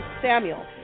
samuel